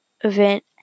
event